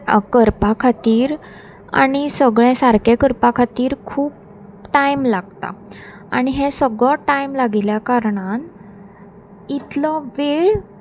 करपा खातीर आनी सगळें सारकें करपा खातीर खूब टायम लागता आनी हें सगळो टायम लागिल्ल्या कारणान इतलो वेळ